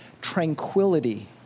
tranquility